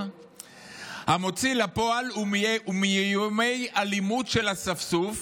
המוציא לפועל ומאיומי אלימות של אספסוף